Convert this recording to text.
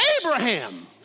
Abraham